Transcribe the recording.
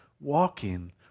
Walking